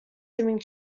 swimming